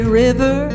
river